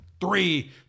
three